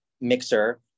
mixer